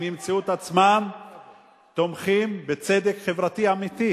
אם ימצאו את עצמם תומכים בצדק חברתי אמיתי.